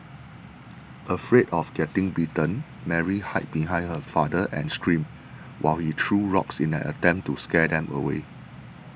afraid of getting bitten Mary hid behind her father and screamed while he threw rocks in an attempt to scare them away